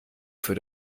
für